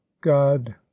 God